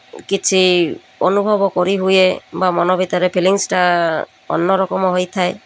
କିଛି ଅନୁଭବ କରିହୁୁଏ ବା ମନ ଭିତରେ ଫିଲିଙ୍ଗ୍ସଟା ଅନ୍ୟ ରକମ ହୋଇଥାଏ